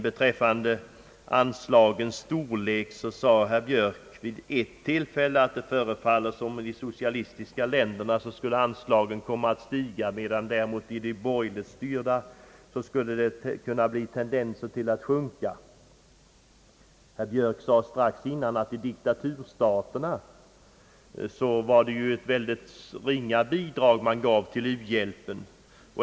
Beträffande anslagens storlek sade herr Björk vid ett tillfälle att det föreföll som om anslagen i de socialistiska länderna skulle komma att stiga, medan det däremot i de borgerligt styrda länderna skulle vara en tendens till sjunkande anslag. Herr Björk sade strax innan att diktaturstaterna gav ett ringa bidrag till u-hjälpen.